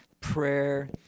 prayer